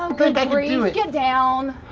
um good but grief, get down.